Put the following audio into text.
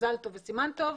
במזל טוב וסימן טוב,